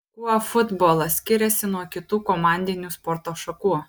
kuo futbolas skiriasi nuo kitų komandinių sporto šakų